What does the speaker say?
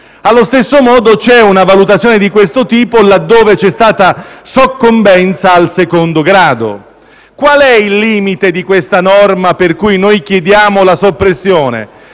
Allo stesso modo, c'è una valutazione di questo tipo laddove c'è stata soccombenza al secondo grado. Qual è limite di questa norma per cui ne chiediamo la soppressione?